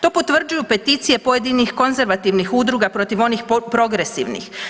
To potvrđuju peticije pojedinih konzervativnih udruga protiv onih progresivnih.